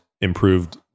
improved